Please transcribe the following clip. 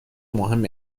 مهم